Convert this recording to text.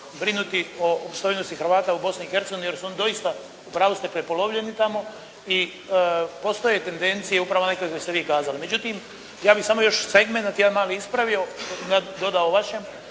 brinuti o opstojnosti Hrvata u Bosni i Hercegovini jer su oni doista u pravu ste, prepolovljeni tamo. I postoje tendencije upravo one koje ste vi kazali. Međutim ja bih samo još segmenat jedan mali ispravio, dodao vašem